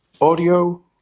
audio